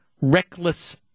reckless